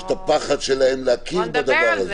יש את הפחד שלהם להכיר בדבר הזה.